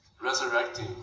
resurrecting